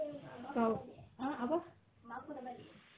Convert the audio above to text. kau ah apa